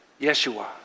Yeshua